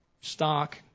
stock